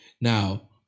Now